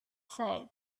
said